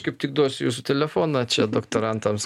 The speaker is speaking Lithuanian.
kaip tik duosiu jūsų telefoną čia doktorantams